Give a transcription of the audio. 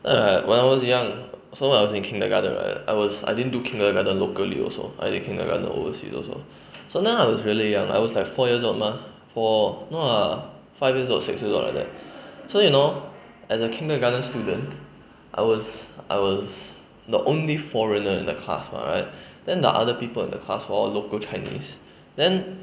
then like when I was young so I was in kindergarten right I was I didn't do kindergarten locally also I did kindergarten overseas also so then I was really young I was like four years old mah four no lah five years old or six years old like that so you know as a kindergarten student I was I was the only foreigner in the class mah right then the other people in the class all local chinese then